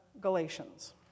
Galatians